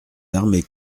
armées